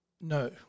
No